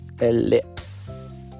Ellipse